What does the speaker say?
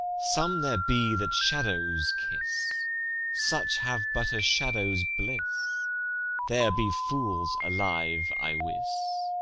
some there be that shadows kiss such have but a shadow's bliss there be fools alive, i wis,